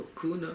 kuna